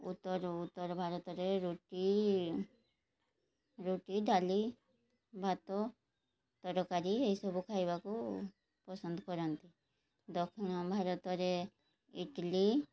ଉତ୍ତର ଉତ୍ତର ଭାରତରେ ରୁଟି ରୁଟି ଡାଲି ଭାତ ତରକାରୀ ଏଇସବୁ ଖାଇବାକୁ ପସନ୍ଦ କରନ୍ତି ଦକ୍ଷିଣ ଭାରତରେ ଇଟିଲି